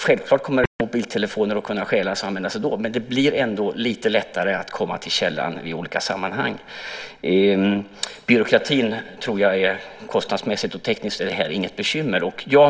Självfallet kommer mobiltelefoner att kunna stjälas och användas ändå, men det blir lite lättare att komma till källan i olika sammanhang. Byråkratin tror jag inte kostnadsmässigt och tekniskt är något bekymmer.